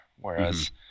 whereas